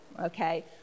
okay